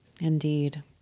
Indeed